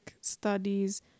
studies